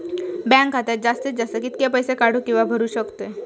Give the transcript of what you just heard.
Bank खात्यात जास्तीत जास्त कितके पैसे काढू किव्हा भरू शकतो?